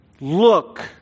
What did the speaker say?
look